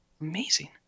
Amazing